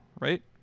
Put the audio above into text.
right